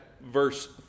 verse